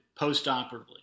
postoperatively